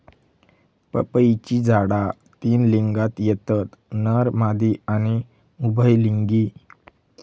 पपईची झाडा तीन लिंगात येतत नर, मादी आणि उभयलिंगी